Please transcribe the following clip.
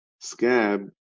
scab